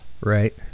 Right